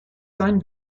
sein